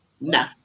No